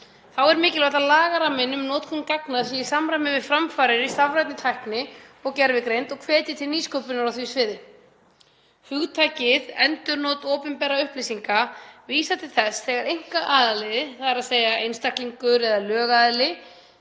Þá er mikilvægt er að lagaramminn um notkun gagna sé í samræmi við framfarir í stafrænni tækni og gervigreind og hvetji til nýsköpunar á því sviði. Hugtakið „endurnot opinberra upplýsinga“ vísar til þess þegar einkaaðili, þ.e. einstaklingur eða lögaðili,